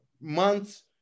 months